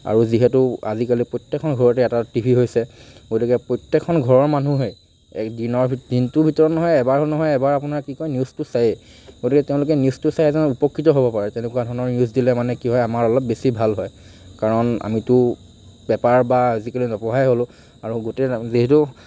আৰু যিহেতু আজিকালি প্ৰত্যেকখন ঘৰতে এটা টিভি হৈছে গতিকে প্ৰত্যেকখন ঘৰৰ মানুহে দিনৰ ভিতৰত দিনটোৰ ভিতৰত নহয় এবাৰো নহয় এবাৰ আপোনাৰ কি কয় নিউজটো চায়েই গতিকে তেওঁলোকে নিউজটো চাই এজন উপকৃত হ'ব পাৰে তেনেকুৱা ধৰণৰ নিউজ দিলে আমাৰ কি হয় অলপ বেছি ভাল হয় কাৰণ আমিটো পেপাৰ বা আজিকালি নপঢ়াই হ'লো আৰু গোটেই যিহেতু